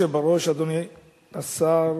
אדוני היושב-ראש, אדוני השר,